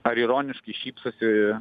ar ironiškai šypsosi